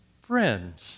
friends